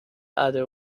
other